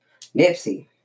Nipsey